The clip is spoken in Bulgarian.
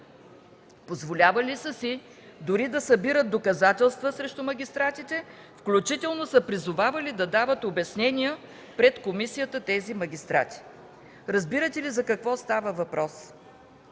Позволявали са си дори да събират доказателства срещу магистратите, включително са призовавали тези магистрати да дават обяснения пред комисията. Разбирате ли за какво става въпрос?